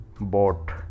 bought